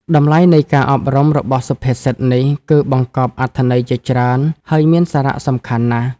តម្លៃនៃការអប់រំរបស់សុភាសិតនេះគឺ បង្កប់អត្ថន័យជាច្រើន ហើយមានសារៈសំខាន់ណាស់។